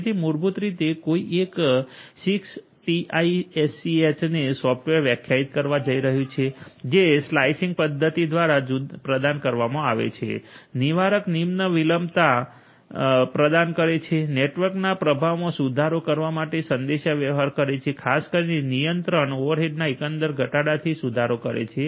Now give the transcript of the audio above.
તેથી મૂળભૂત રીતે કોઈ એક 6ટીઆઈએસસીએચ ને સોફ્ટવેર વ્યાખ્યાયિત કરવા જઇ રહ્યું છે જે સ્લાયસીંગ પદ્ધતિ દ્વારા પ્રદાન કરવામાં આવે છે નિવારક નિમ્ન વિલંબતા ડીટરમીનીસ્ટિક લો લેટન્સી પ્રદાન કરે છે નેટવર્કના પ્રભાવમાં સુધારો કરવા માટે સંદેશાવ્યવહાર કરે છે ખાસ કરીને નિયંત્રણ ઓવરહેડના એકંદર ઘટાડાથી સુધારો કરે છે